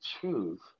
truth